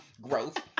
growth